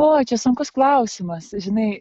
o čia sunkus klausimas žinai